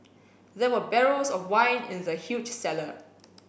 there were barrels of wine in the huge cellar